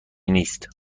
نیست